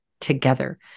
together